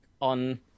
on